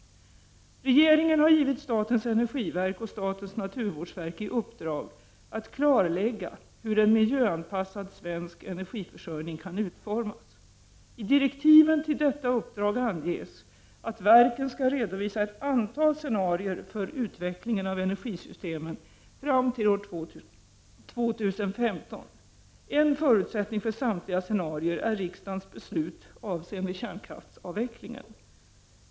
Regeringen har givit statens energiverk och statens naturvårdsverk i uppdrag att klarlägga hur en miljöanpassad svensk energiförsörjning kan utformas. I direktiven till detta uppdrag anges att verken skall redovisa ett antal scenarier för utvecklingen av energisystemen fram till år 2015. En förutsättning för samtliga scenarier är riksdagens beslut avseende kärnkraftsavvecklingen.